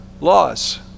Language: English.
laws